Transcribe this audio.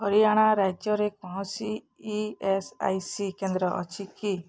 ହରିୟାଣା ରାଜ୍ୟରେ କୌଣସି E S I C କେନ୍ଦ୍ର ଅଛି କି